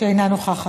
שאינה נוכחת.